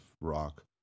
rock